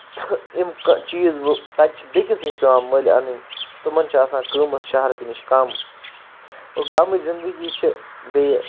یِم چیٖز وۄنۍ تَتہِ چھِ بیکِس نِش پیٚوان مٔلۍ اَنٕنۍ تتہِ چھِ آسان قۭمَت شَہر کہِ نِش کَم اور گامٕچ زِنٛدگی چھِ بیٚیہِ